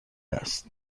است